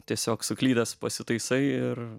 tiesiog suklydęs pasitaisai ir